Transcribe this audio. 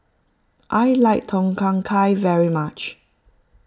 I like Tom Kha Gai very much